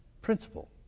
principle